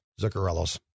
Zuccarello's